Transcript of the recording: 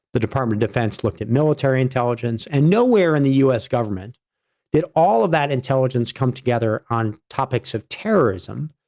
the department of defense looked at military intelligence, and nowhere in the us government did all of that intelligence come together on topics of terrorism.